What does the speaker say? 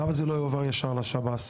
למה זה לא יועבר ישר לשב"ס?